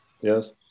Yes